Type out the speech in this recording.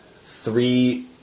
three